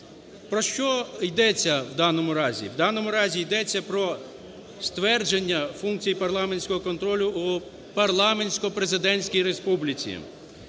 Про що йдеться у даному разі? У даному разі йдеться про ствердження функцій парламентського контролю у парламентсько-президентській республіці.